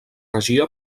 regia